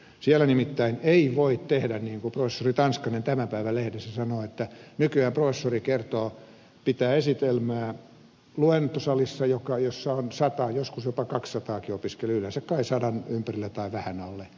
siellä nimittäin ei voi tehdä niin kuin professori tanskanen tämän päivän lehdessä sanoo että nykyään professori pitää esitelmää luentosalissa jossa on sata joskus jopa kaksisataakin opiskelijaa yleensä kai sadan ympärillä tai vähän alle